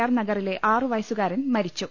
R നഗറിലെ ആറുവയസുകാരൻ മരിച്ചു